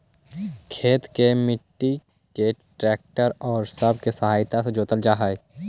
खेत के मट्टी के ट्रैक्टर औउर सब के सहायता से जोतल जा हई